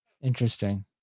interesting